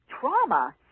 trauma